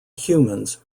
humans